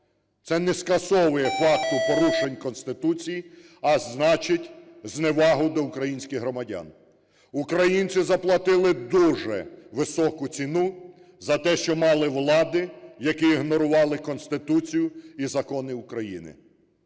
це не скасовує факту порушень Конституції, а значить, зневагу до українських громадян. Українці заплатили дуже високу ціну за те, що мали влади, які ігнорували Конституцію і закони України.